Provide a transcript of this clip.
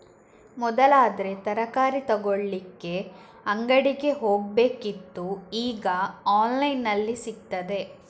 ಮೊದಲಾದ್ರೆ ತರಕಾರಿ ತಗೊಳ್ಳಿಕ್ಕೆ ಅಂಗಡಿಗೆ ಹೋಗ್ಬೇಕಿತ್ತು ಈಗ ಆನ್ಲೈನಿನಲ್ಲಿ ಸಿಗ್ತದೆ